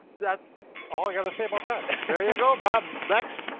that's all i gotta say about that. there you go bob, next.